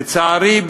לצערי,